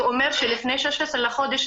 שהוא אומר שלפני 16 לחודש,